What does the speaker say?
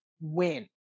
win